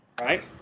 right